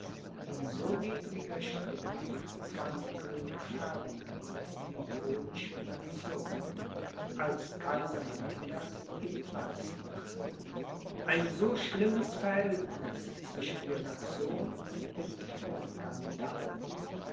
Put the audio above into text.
in so widriger stimmung fand könig ferdinand die böhmische nation als kaiser matthias ihm platz machte ein so schlimmes verhältniß zwischen der nation und dem